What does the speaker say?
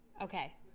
Okay